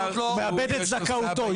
הוא מאבד את זכאותו.